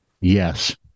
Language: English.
Yes